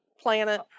Planet